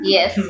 Yes